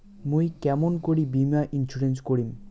মুই কেমন করি বীমা ইন্সুরেন্স করিম?